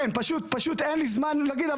כן, פשוט אין לי זמן להגיד.